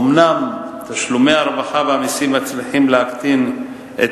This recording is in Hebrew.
אומנם תשלומי הרווחה והמסים מצליחים להקטין את